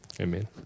Amen